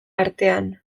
artean